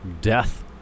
death